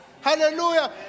Hallelujah